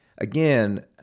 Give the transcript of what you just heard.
Again